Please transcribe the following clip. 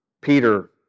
Peter